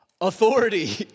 authority